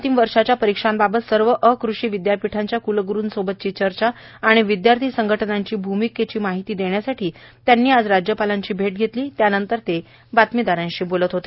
अंतिम वर्षांच्या परिक्षांबाबत सर्व अकृषी विद्यापीठांच्या क्लग्रूंसोबतची चर्चा आणि विद्यार्थी संघटनांच्या भूमिकेची माहिती देण्यासाठी त्यांनी आज राज्यपालांची भेट घेतली त्यानंतर ते बातमीदारांशी बोलत होते